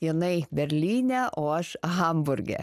jinai berlyne o aš hamburge